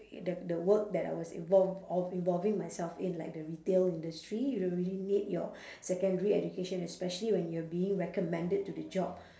the the work that I was involved of involving myself in like the retail industry you don't really need your secondary education especially when you're being recommended to the job